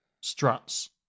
struts